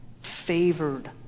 favored